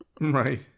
Right